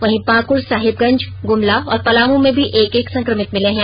वहीं पाक्ड साहिबगंज गुमला और पलामू में भी एक एक संकमित मिले हैं